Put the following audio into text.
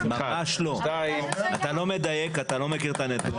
אתה לא מדייק, אתה לא מכיר את הנתונים.